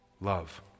Love